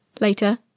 Later